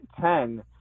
Ten